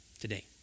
today